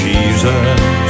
Jesus